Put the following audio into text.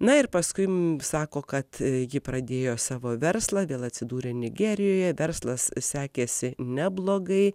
na ir paskui sako kad ji pradėjo savo verslą vėl atsidūrė nigerijoje verslas sekėsi neblogai